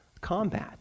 combat